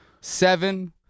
seven